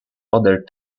other